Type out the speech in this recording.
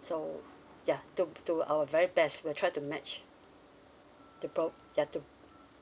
so yeah to do our very best we'll try to match to pro yeah to